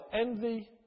envy